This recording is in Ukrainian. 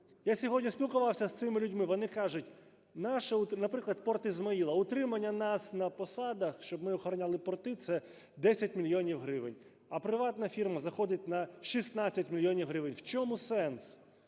Я сьогодні спілкувався з цими людьми, вони кажуть "Наше… (наприклад, порт Ізмаїла) утримання нас на посадах, щоб ми охороняли порти, це 10 мільйонів гривень. А приватна фірма заходить на 16 мільйонів гривень. В чому сенс?